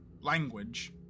language